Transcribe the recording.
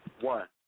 One